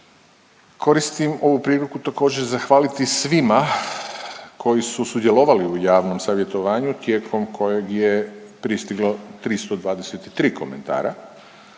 Koristim ovu priliku također, zahvaliti svima koji su sudjelovali u javnom savjetovanju tijekom kojeg je pristiglo 323 komentara